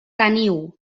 teniu